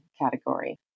category